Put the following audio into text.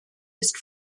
ist